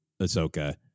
Ahsoka